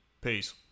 peace